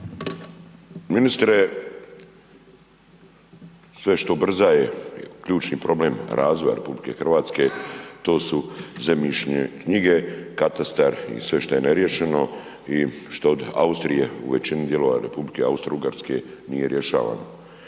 Ministre, sve što ubrzava ključni problem razvoja RH, to su zemljišne knjige, katastar i sve šta je neriješeno i šta je od Austrije u većini dijelova Republike Austrougarske nije rješavano.